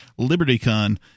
LibertyCon